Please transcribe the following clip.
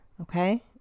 okay